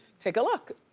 take a look.